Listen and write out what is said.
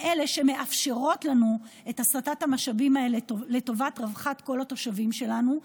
שמאפשרות לנו את הסטת המשאבים האלה לטובת רווחת כל התושבים שלנו.